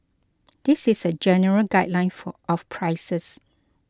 this is a general guideline for of prices